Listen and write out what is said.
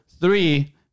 three